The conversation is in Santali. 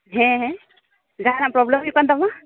ᱦᱮᱸ ᱦᱮᱸ ᱡᱟᱦᱟᱱᱟᱜ ᱯᱚᱨᱚᱵᱽᱞᱮᱢ ᱦᱩᱭᱩᱜ ᱠᱟᱱ ᱛᱟᱢᱟ